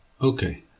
Okay